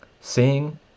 Seeing